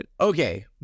Okay